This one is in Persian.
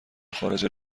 خارجه